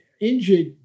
injured